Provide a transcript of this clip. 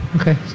okay